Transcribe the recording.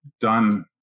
Done